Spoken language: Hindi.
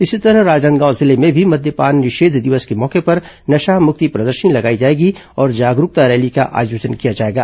इसी तरह राजनांदगांव जिले में भी मद्यपान निषेध दिवस के मौके पर नशा मुक्ति प्रदर्शनी लगाई जाएगी और जागरूकता रैली का आयोजन किया जाएगा